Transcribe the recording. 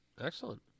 excellent